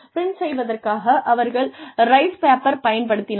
print செய்வதற்காக அவர்கள் rice paper பயன்படுத்தினார்கள்